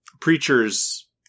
preacher's